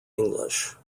english